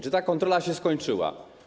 Czy ta kontrola się skończyła?